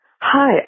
Hi